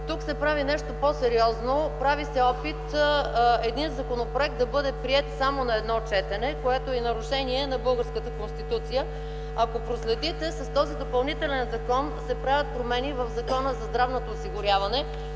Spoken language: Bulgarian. Тук се прави нещо по-сериозно – прави се опит един законопроект да бъде приет само на едно четене, което е нарушение на българската Конституция. Ако проследите, с този допълнителен доклад се правят промени в Закона за здравното осигуряване,